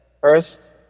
First